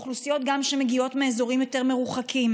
לאוכלוסיות שמגיעות מאזורים יותר מרוחקים,